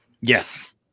Yes